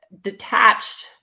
detached